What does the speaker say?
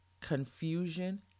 confusion